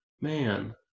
Man